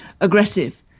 aggressive